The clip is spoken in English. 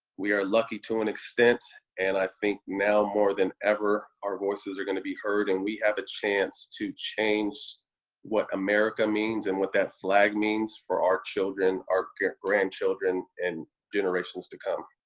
we are lucky to an extent. and i think now more than ever, our voices are gonna be heard, and we have a chance to change what america means and what that flag means for our children, our grandchildren and generations to come.